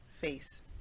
face